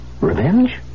Revenge